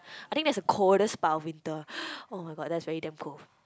I think that's the coldest part of winter [oh]-my-god that's really damn cold